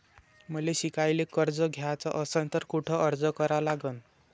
मले शिकायले कर्ज घ्याच असन तर कुठ अर्ज करा लागन?